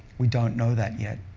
we don't know that yet.